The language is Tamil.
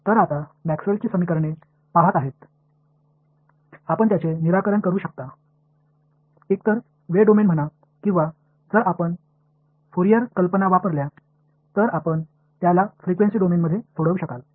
இப்போது மேக்ஸ்வெல்லின் சமன்பாடுகளைப் பார்க்கிறீர்கள் அவற்றை நீங்கள் டைம் டொமைன் என்று கூறலாம் அல்லது நீங்கள் ஃபோரியர் யோசனைகளைப் பயன்படுத்தி அவற்றை ஃபிரிகியூன்சி டொமைனில் சரி செய்யலாம்